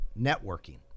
networking